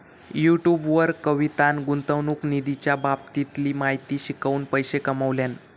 YouTube वर कवितान गुंतवणूक निधीच्या बाबतीतली माहिती शिकवून पैशे कमावल्यान